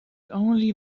only